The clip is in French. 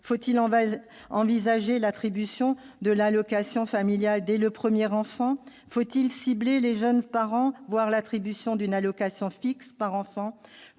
Faut-il envisager l'attribution de l'allocation familiale dès le premier enfant ? Faut-il cibler les jeunes parents, voire attribuer une allocation fixe par enfant ?